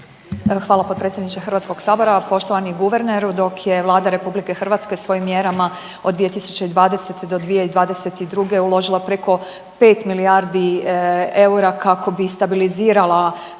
Hvala potpredsjedniče HS-a. Poštovani guverneru. Dok je Vlada RH svojim mjerama od 2020. do 2022. uložila preko 5 milijardi eura kako bi stabilizirala